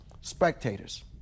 spectators